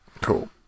Cool